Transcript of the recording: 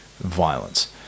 violence